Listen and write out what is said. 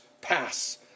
pass